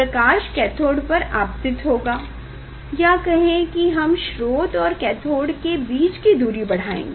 प्रकाश cathode पर आपतित होगा या कहें की हम स्रोत और कैथोड़ के बीच की दूरी बढ़ाएंगे